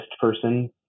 person